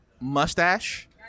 mustache